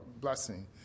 blessing